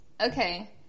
okay